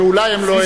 שאולי הם לא,